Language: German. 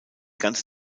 ganze